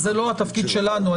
זה לא התפקיד שלנו.